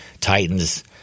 Titans